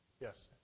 Yes